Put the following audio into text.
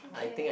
okay